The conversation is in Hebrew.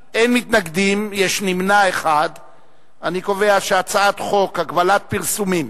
ההצעה להעביר את הצעת חוק הגבלת פרסומים